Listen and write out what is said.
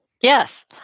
Yes